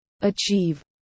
achieve